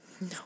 No